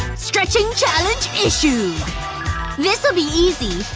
stretching challenge issued this'll be easy.